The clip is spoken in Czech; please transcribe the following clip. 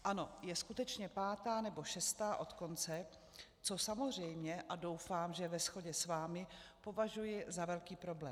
Ano, je skutečně pátá nebo šestá od konce, což samozřejmě a doufám, že ve shodě s vámi považuji za velký problém.